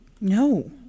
No